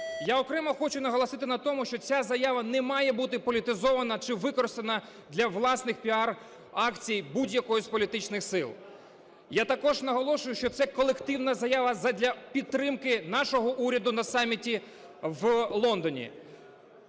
Я окремо хочу наголосити на тому, що ця заява не має бути політизована чи використана для власних піар-акцій будь-якої з політичних сил. Я також наголошую, що це колективна заява задля підтримки нашого уряду на саміті в Лондоні.